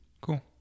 Cool